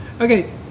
Okay